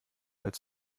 als